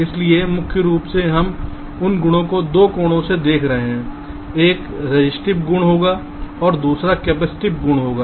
इसलिए मुख्य रूप से हम उन गुणों को 2 कोणों से देख रहे हैं एक रजिस्टिव गुण होगा और दूसरा कैपेसिटिव गुण होगा